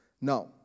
Now